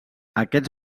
aquests